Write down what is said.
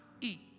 eat